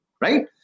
Right